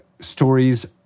stories